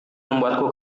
membuatku